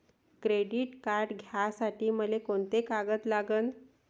Credit card घ्यासाठी मले कोंते कागद लागन?